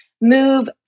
move